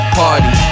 party